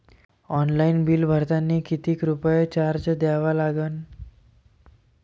Online bill भरतानी कितीक रुपये चार्ज द्या लागन?